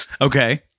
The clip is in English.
Okay